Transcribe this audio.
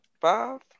Five